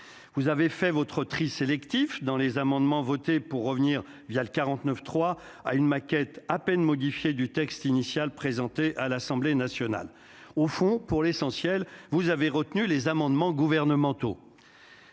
Vous avez fait votre « tri sélectif » parmi les amendements votés pour revenir, le 49.3, à la maquette à peine modifiée du texte initialement présenté à l'Assemblée nationale. Pour l'essentiel, vous avez retenu les amendements gouvernementaux